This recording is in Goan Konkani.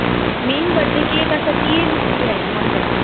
मेन बड्डे केक आसा ती ये नॉन वॅज